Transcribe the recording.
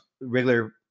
regular